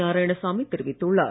நாராயணசாமி தெரிவித்துள்ளார்